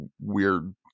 weird